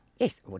Yes